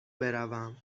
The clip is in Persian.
بروم